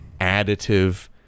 additive